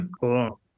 Cool